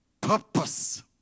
purpose